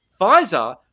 Pfizer